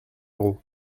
euros